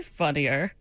funnier